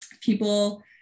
people